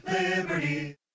Liberty